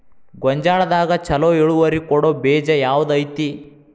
ಗೊಂಜಾಳದಾಗ ಛಲೋ ಇಳುವರಿ ಕೊಡೊ ಬೇಜ ಯಾವ್ದ್ ಐತಿ?